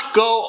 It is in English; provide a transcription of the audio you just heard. go